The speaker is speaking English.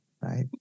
Right